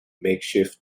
makeshift